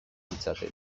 ditzaten